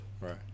right